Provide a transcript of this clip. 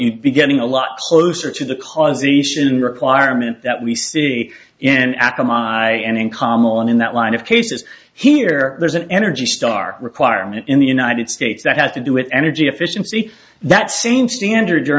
you'd be getting a lot closer to the causation requirement that we see in apple and in common in that line of cases here there's an energy star requirement in the united states that has to do with energy efficiency that same standard your